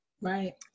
right